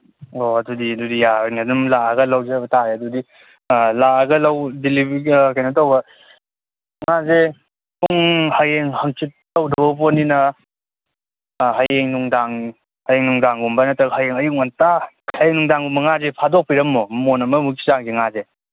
ꯑꯣ ꯑꯗꯨꯗꯤ ꯑꯗꯨꯝ ꯌꯥꯔꯔꯣꯏꯅꯦ ꯑꯗꯨꯝ ꯂꯥꯛꯑꯒ ꯂꯧꯖꯕ ꯇꯥꯔꯦ ꯑꯗꯨꯗꯤ ꯀꯩꯅꯣ ꯇꯧꯕ ꯉꯥꯁꯦ ꯄꯨꯡ ꯍꯌꯦꯡ ꯍꯥꯡꯆꯤꯠ ꯇꯧꯗꯧꯕ ꯄꯣꯠꯅꯤꯅ ꯍꯌꯦꯡ ꯅꯨꯡꯗꯥꯡ ꯍꯌꯦꯡ ꯅꯨꯡꯗꯥꯡꯒꯨꯝꯕ ꯅꯠꯇ꯭ꯔꯒ ꯍꯌꯦꯡ ꯑꯌꯨꯛ ꯉꯟꯇꯥ ꯍꯌꯦꯡ ꯅꯨꯡꯗꯥꯡꯒꯨꯝꯕ ꯉꯥꯁꯦ ꯐꯥꯗꯣꯛꯄꯤꯔꯝꯃꯣ ꯃꯣꯟ ꯑꯃꯨꯛꯀꯤ ꯆꯥꯡꯒꯤ ꯉꯥꯁꯦ